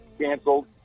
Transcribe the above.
canceled